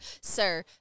sir